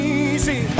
easy